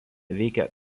veikia